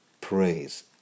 praise